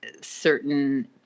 certain